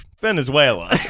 Venezuela